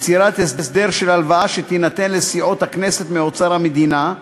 יצירת הסדר של הלוואה שתינתן לסיעות הכנסת מאוצר המדינה,